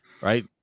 Right